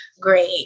great